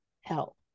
help